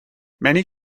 many